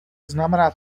znamená